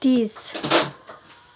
तिस